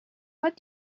what